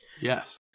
Yes